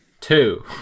Two